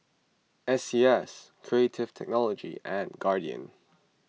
S C S Creative Technology and Guardian